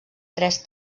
tres